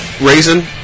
Raisin